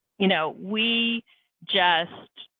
you know, we just.